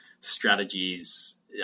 strategies